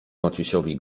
maciusiowi